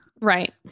Right